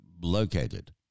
located